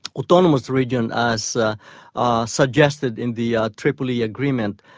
autonomous region as ah ah suggested in the ah tripoli agreement.